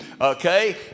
okay